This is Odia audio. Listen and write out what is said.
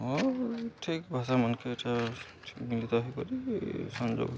ହଁ ଠିକ୍ ଭାଷାମାନକେ ଏଠା ତ ହେଇପରି ସଂଯୋଗ